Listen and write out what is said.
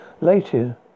later